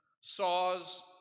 Saws